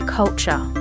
culture